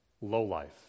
lowlife